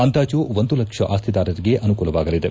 ಅಂದಾಜ ಒಂದು ಲಕ್ಷ ಆಸ್ತಿದಾರಿಗೆ ಆನುಕೂಲವಾಗಲಿದೆ